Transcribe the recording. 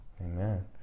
Amen